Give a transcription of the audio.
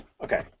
Okay